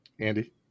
Andy